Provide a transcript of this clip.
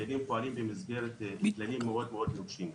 ציידים פועלים במסגרת כללים מאוד נוקשים.